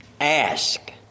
Ask